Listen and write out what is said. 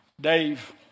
Dave